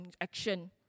action